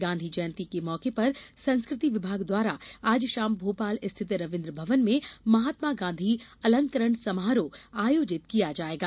गांधी जयंती के मौके पर संस्कृति विभाग द्वारा आज शाम भोपाल स्थित रवीन्द्र भवन में महात्मा गांधी अलंकरण समारोह आयोजित किया जाएगा